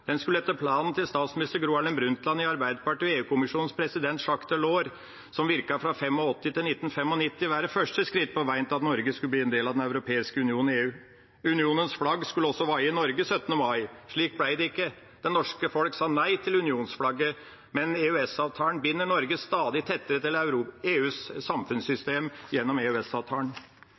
den 25 år. Den skulle etter planen fra statsminister Gro Harlem Brundtland fra Arbeiderpartiet og EU-kommisjonens president Jacques Delors, som virket fra 1985 til 1995, være første skritt på veien til at Norge skulle bli en del av Den europeiske union, EU. Unionens flagg skulle også vaie i Norge 17. mai. Slik ble det ikke; det norske folk sa nei til unionsflagget. Men EØS-avtalen binder Norge stadig tettere til EUs samfunnssystem.